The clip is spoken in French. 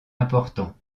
importants